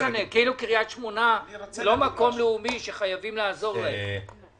כאילו קריית שמונה לא מקום לאומי שחייבים לעזור להם.